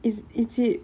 is is it